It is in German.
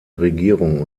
regierung